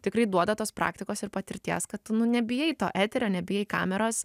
tikrai duoda tos praktikos ir patirties kad tu nu nebijai to eterio nebijai kameros